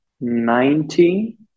ninety